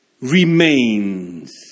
remains